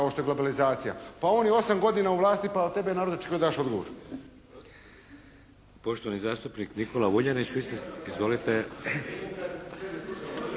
kao što je globalizacija. Pa on je 8 godina u vlasti, pa od tebe narod očekuje da daš